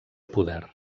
poder